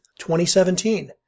2017